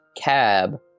cab